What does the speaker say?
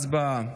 הצבעה.